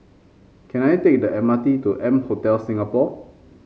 can I take the M R T to M Hotel Singapore